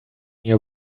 your